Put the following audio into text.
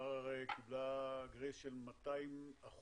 תמר קיבלה גרייס של 200%